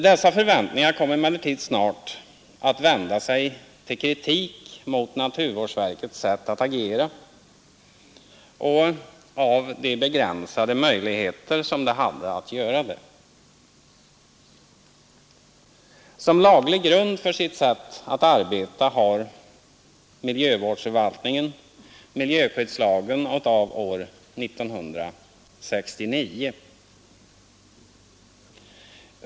Dessa förväntningar kom emellertid snart att vända sig till kritik av naturvårdsverkets sätt att agera och av dess begränsade möjligheter att göra det. Som laglig grund för sitt sätt att arbeta har miljövårdsförvaltningen miljöskyddslagen av år 1969.